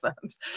firms